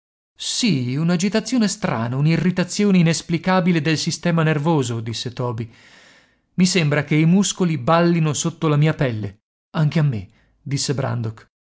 sì un'agitazione strana un'irritazione inesplicabile del sistema nervoso disse oby i sembra che i muscoli ballino sotto la mia pelle anche a me disse brandok